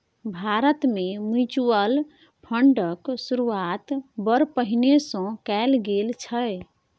भारतमे म्यूचुअल फंडक शुरूआत बड़ पहिने सँ कैल गेल छल